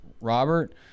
Robert